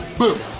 boom!